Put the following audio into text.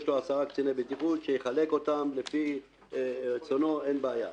יש לו עשרה קציני בטיחות שיחלק אותם לפי רצונו אין בעיה.